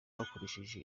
bakoresheje